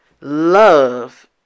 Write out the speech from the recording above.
love